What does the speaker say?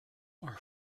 are